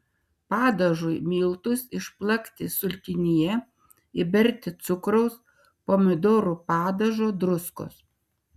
padažui miltus išplakti sultinyje įberti cukraus pomidorų padažo druskos